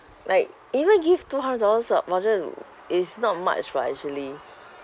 like even give two hundred dollars uh voucher is not much [what] actually